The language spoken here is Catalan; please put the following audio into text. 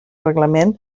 reglament